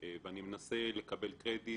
ואני מנסה לקבל קרדיט